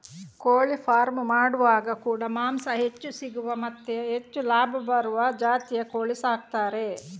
ಕೋಳಿ ಫಾರ್ಮ್ ಮಾಡುವಾಗ ಕೂಡಾ ಮಾಂಸ ಹೆಚ್ಚು ಸಿಗುವ ಮತ್ತೆ ಹೆಚ್ಚು ಲಾಭ ಬರುವ ಜಾತಿಯ ಕೋಳಿ ಸಾಕ್ತಾರೆ